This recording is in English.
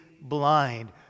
blind